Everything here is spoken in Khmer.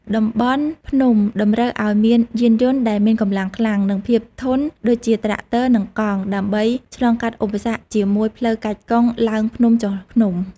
តំបន់ភ្នំតម្រូវឱ្យមានយានយន្តដែលមានកម្លាំងខ្លាំង និងភាពធន់ដូចជាត្រាក់ទ័រ និងកង់ ដើម្បីឆ្លងកាត់ឧបសគ្គជាមួយផ្លូវកាច់កុងឡើងភ្នំចុះភ្នំ។